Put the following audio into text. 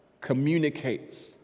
communicates